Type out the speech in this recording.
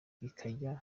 bikajya